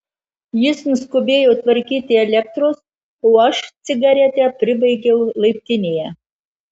jis nuskubėjo tvarkyti elektros o aš cigaretę pribaigiau laiptinėje